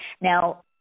Now